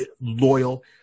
loyal